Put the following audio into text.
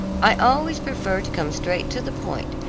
i always prefer to come straight to the point,